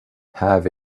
have